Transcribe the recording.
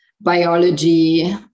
biology